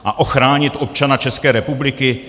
A ochránit občana České republiky?